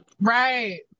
Right